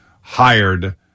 hired